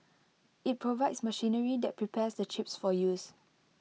IT provides machinery that prepares the chips for use